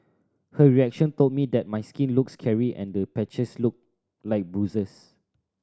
her reaction told me that my skin looked scary and the patches looked like bruises